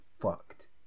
fucked